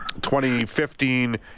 2015